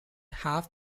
half